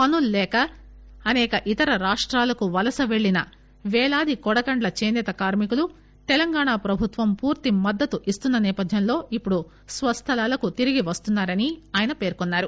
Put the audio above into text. పనుల్లేక అసేక ఇతర రాష్టాలకు వలసవెళ్లిన వేలాది కొడకండ్ల చేసేత కార్మికులు తెలంగాణ ప్రభుత్వం పూర్తి మద్దతు ఇస్తున్న నేపథ్యంలో ఇప్పుడు స్వస్థలాలకు తిరిగి వస్తున్నారని ఆయన పేర్కొన్నారు